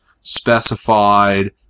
specified